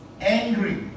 angry